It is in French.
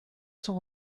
son